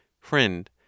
Friend